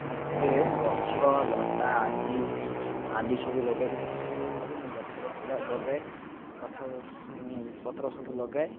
ମୋତେ ଗଛ ଲତା ଆଜି ଆଦି ସବୁ ଲଗାଇବାକୁ ଭାରି ଭଲ ଲାଗେ ମୁଁ ଗଛପତ୍ର ଲଗାଏ ଗଛପତ୍ର ସବୁ ଲଗାଏ